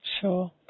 Sure